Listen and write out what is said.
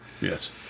Yes